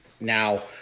Now